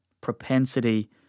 propensity